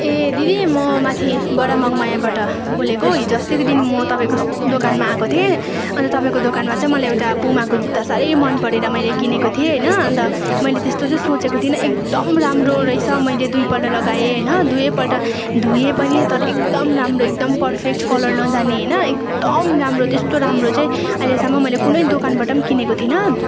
ए दिदी म माथि बडा मङमायबाट बोलेको हौ हिज आस्तिको दिन म तपाईँको दोकानमा आएको थिएँ अन्त तपाईँको दोकानमा चाहिँ मैले एउटा पुमाको जुत्ता साह्रै मन परेर मैले किनेको थिएँ होइन अन्त मैले त्यस्तो चाहिँ सोँचेको थिइनँ एकदम राम्रो रहेछ मैले दुईपल्ट लगाएँ होइन दुवैपल्ट धुएँ पनि तर एकदम राम्रो एकदम पर्फेक्ट कलर नजाने होइन एकदम राम्रो त्यस्तो राम्रो चाहिँ अहिलेसम्म मैले कुनै दोकानबाट किनेको थिइनँ